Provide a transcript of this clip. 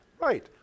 Right